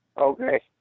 Okay